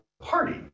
party